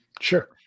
sure